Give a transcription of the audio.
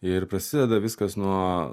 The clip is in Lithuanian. ir prasideda viskas nuo